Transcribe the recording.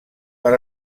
per